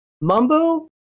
mumbo